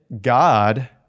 God